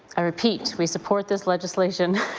i repeat, we support this legislation.